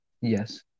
Yes